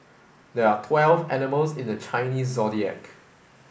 there are twelve animals in the Chinese Zodiac